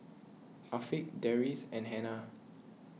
Afiq Deris and Hana